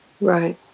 Right